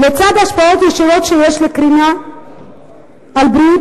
לצד השפעות ישירות שיש לקרינה על בריאות